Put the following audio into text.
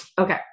Okay